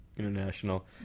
international